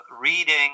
reading